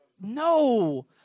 No